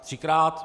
Třikrát.